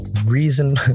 reason